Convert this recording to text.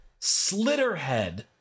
Slitterhead